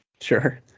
sure